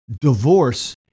divorce